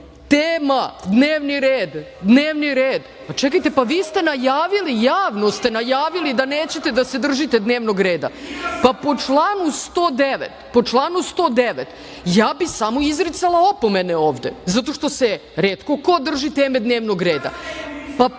tema dnevni red, dnevni red. Pa, čekajte vi ste najavili, javno ste najavili, da nećete da se držite dnevnog reda. Pa, po članu 109. ja bih samo izricala opomene ovde zato što se retko ko drži teme dnevnog reda. Pustim